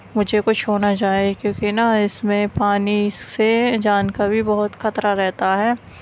مجھے کچھ ہو نہ جائے کیونکہ نا اس میں پانی سے جان کا بھی بہت خطرہ رہتا ہے